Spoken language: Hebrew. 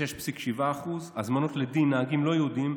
36.7%; הזמנות לדין של נהגים לא יהודים,